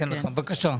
בבקשה.